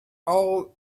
all